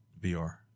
VR